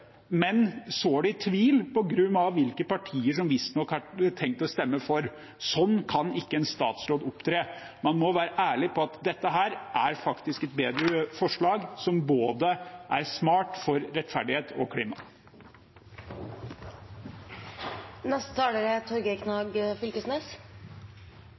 men sår tvil om det på grunn av hvilke partier som visstnok har tenkt å stemme for. Sånn kan ikke en statsråd opptre. Man må være ærlig på at dette faktisk er et bedre forslag, som er smart for både rettferdighet og